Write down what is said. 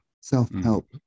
self-help